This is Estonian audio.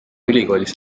ülikoolis